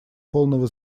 полного